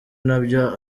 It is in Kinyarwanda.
nabyo